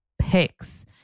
picks